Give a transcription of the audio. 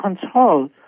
control